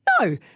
no